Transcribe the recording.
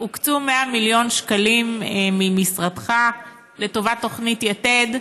הוקצו 100 מיליון שקלים ממשרדך לטובת תוכנית יתד.